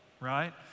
right